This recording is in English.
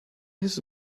his